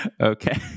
Okay